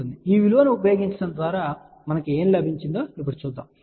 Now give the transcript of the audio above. ఈ విలువలను ఉపయోగించడం ద్వారా మనకు ఏమి లభించిందో ఇప్పుడు చూద్దాం సరే